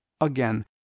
Again